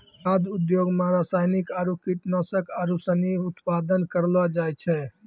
खाद्य उद्योग मे रासायनिक आरु कीटनाशक आरू सनी उत्पादन करलो जाय छै